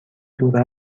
دور